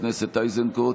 גדי איזנקוט,